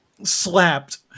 slapped